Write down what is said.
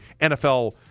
NFL